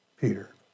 Peter